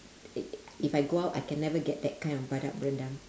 i~ if I go out I can never get that kind of badak berendam